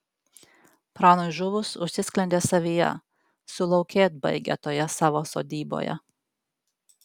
pranui žuvus užsisklendė savyje sulaukėt baigia toje savo sodyboje